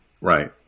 Right